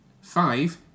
Five